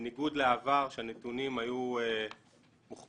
בניגוד לעבר שהנתונים היו מוחבאים,